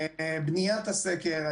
בניית הסקר,